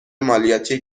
مالیاتی